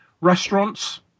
Restaurants